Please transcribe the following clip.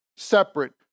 separate